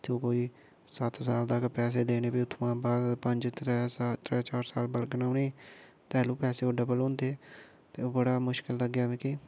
ते ओह् कोई सत्त साल तक पैसे देने फ्ही उ'त्थुआं बाद बी पंज त्रैऽ चार साल बलगना उ'नें ई तैलूं पैसे ओह् डबल होंदे ते ओह् बड़ा मुश्कल लग्गेआ मिकी